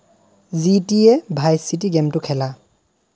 GTA' Vice City গেইমটো খেলা